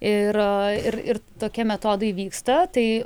ir ir tokie metodai vyksta tai